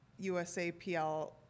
USAPL